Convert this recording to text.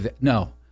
No